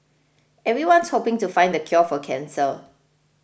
everyone's hoping to find the cure for cancer